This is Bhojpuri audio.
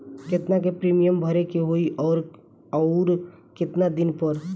केतना के प्रीमियम भरे के होई और आऊर केतना दिन पर?